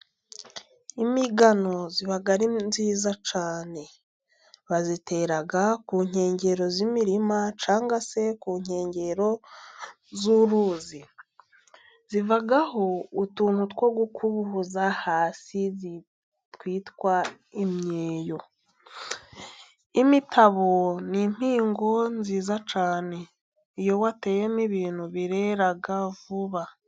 Imigano iba ari myiza cyane, bayitera ku nkengero z'imirima, cyangwa se ku nkengero z'uruzi, ivaho utuntu two gukubuza hasi twitwa imyeyo. Imitabo ni impingo nziza cyane, iyo wateyemo ibintu byera vuba.